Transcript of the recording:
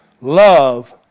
Love